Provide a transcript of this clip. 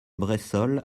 bressolles